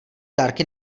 dárky